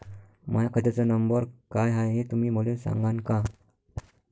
माह्या खात्याचा नंबर काय हाय हे तुम्ही मले सागांन का?